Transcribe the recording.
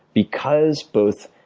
because both